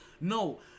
No